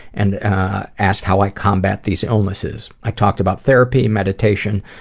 and asked how i combat these illnesses. i talked about therapy, meditation,